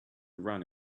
run